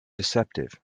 deceptive